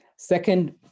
Second